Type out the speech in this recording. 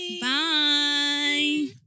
Bye